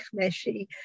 Meshi